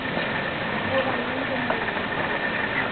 ఒక one month ఉంటుంది అండి